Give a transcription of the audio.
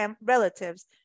relatives